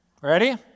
Ready